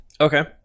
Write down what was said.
Okay